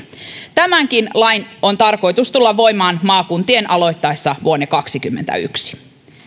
tämänkin lain on tarkoitus tulla voimaan maakuntien aloittaessa vuonna kaksikymmentäyksi